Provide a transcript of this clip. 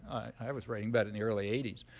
i was writing about in the early eighty s.